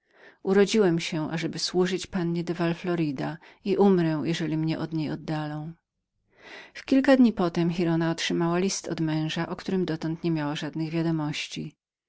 urodziłem się ażeby służyć pannie de val florida i umrę jeżeli mnie od niej oddalą w kilka dni potem giralda otrzymała list od męża o którym dotąd niemiała żadnych wiadomości